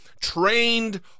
trained